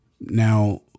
Now